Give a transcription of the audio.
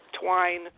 twine